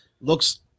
looks